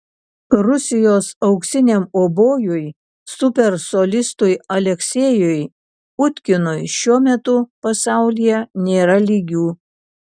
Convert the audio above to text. rusijos auksiniam obojui super solistui aleksejui utkinui šiuo metu pasaulyje nėra lygių